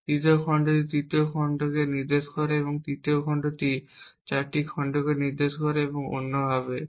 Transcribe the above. দ্বিতীয় খণ্ডটি তৃতীয় খণ্ডকে নির্দেশ করে তৃতীয় খণ্ডটি চারটি খণ্ডকে নির্দেশ করে এবং অন্যভাবেও